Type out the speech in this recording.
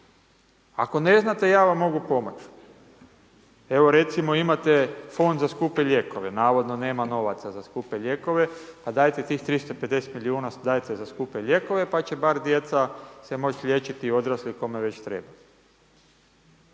Ako ne znate, ja vam mogu pomoć, evo recimo imate Fond za skupe lijekove, navodno nema novaca za skupe lijekove, pa dajte tih 350 milijuna, dajte za skupe lijekove pa će bar djeca se moći liječiti i odrasli, kome već treba,